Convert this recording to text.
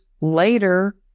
later